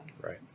Right